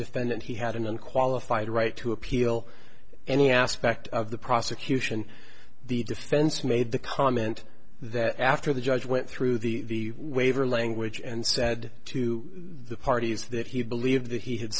defendant he had an unqualified right to appeal any aspect of the prosecution the defense made the comment that after the judge went through the waiver language and said to the parties that he believed that he had